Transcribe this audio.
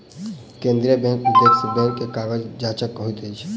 केंद्रीय बैंकक उदेश्य बैंक के कार्य जांचक होइत अछि